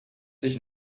dich